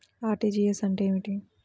RTGS అంటే ఏమిటి?